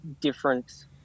different